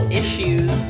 issues